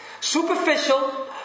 Superficial